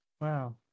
Wow